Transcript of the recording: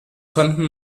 konnten